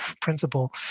principle